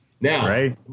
Right